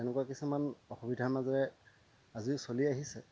তেনেকুৱা কিছুমান অসুবিধাৰ মাজৰে আজিও চলি আহিছে